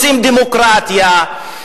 רוצים דמוקרטיה.